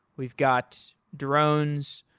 we've got drones.